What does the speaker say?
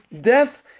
death